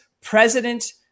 President